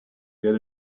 get